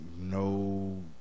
no